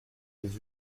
des